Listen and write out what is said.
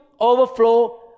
overflow